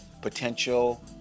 potential